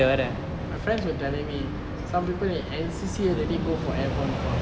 my friends were telling me some people in N_C_C already go for airborne course